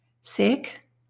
Sick